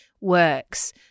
works